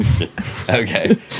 Okay